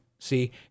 See